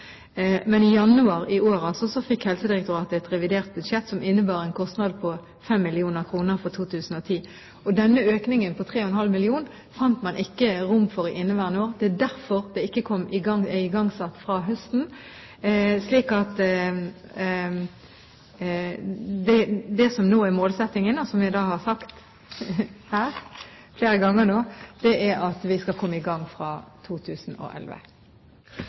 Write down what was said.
kostnad på 5 mill. kr for 2010. Denne økningen på 3,5 mill. kr fant man ikke rom for i inneværende år. Det er derfor det ikke ble igangsatt fra høsten. Det som nå er målsettingen, og som jeg har sagt her flere ganger nå, er at vi skal komme i gang fra 2011.